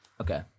Okay